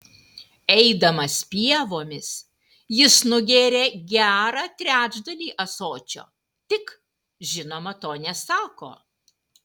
eidamas pievomis jis nugėrė gerą trečdalį ąsočio tik žinoma to nesako